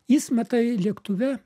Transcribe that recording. jis matai lėktuve